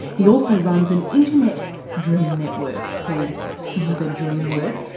he also runs an internet dream network called cyberdreamwork.